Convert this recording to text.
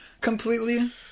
completely